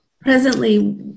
Presently